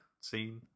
scene